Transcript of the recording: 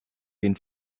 den